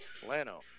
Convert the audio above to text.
Lano